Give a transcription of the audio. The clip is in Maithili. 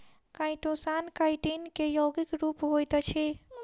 काइटोसान काइटिन के यौगिक रूप होइत अछि